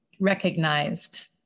recognized